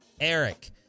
Eric